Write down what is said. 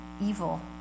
evil